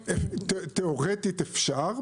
תיאורטית אפשר.